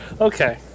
Okay